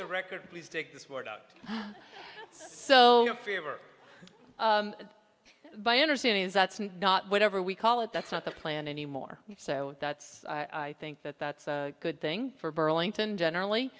the record it's worked out so my understanding is that's not whatever we call it that's not the plan anymore so that's i think that that's a good thing for burlington generally